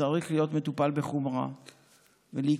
צריך להיות מטופל בחומרה ולהיקטע.